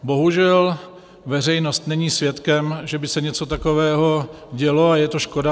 Bohužel veřejnost není svědkem, že by se něco takového dělo, a je to škoda.